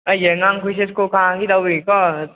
ꯑꯩꯒꯤ ꯑꯉꯥꯡ ꯈꯣꯏꯁꯦ ꯁ꯭ꯀꯨꯜ ꯀꯥꯒꯗꯧꯕꯒꯤꯀꯣ